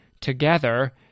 together